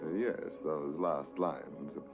yes, those last lines,